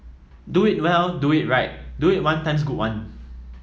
do it well do it right do it one times good one